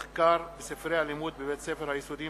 מחקר: בספרי הלימוד בבתי-הספר היסודיים